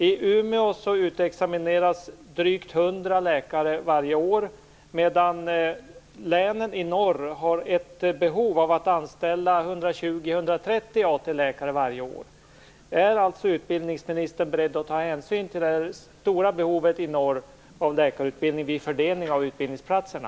I Umeå utexamineras drygt 100 läkare varje år, medan länen i norr har ett behov av att anställa 120-130 AT-läkare varje år. Är alltså utbildningsministern beredd att ta hänsyn till det stora behovet av läkarutbildning i norr vid fördelningen av utbildningsplatserna?